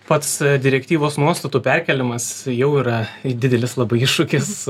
pats direktyvos nuostatų perkėlimas jau yra didelis labai iššūkis